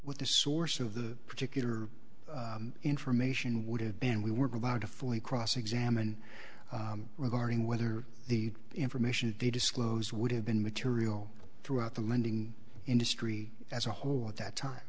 with the source of the particular information would have been we weren't allowed to fully cross examine regarding whether the information they disclose would have been material throughout the lending industry as a whole at that time